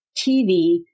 TV